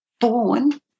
born